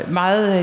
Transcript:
meget